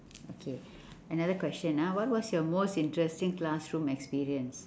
okay another question ah what was your most interesting classroom experience